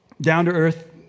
down-to-earth